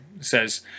says